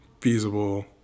feasible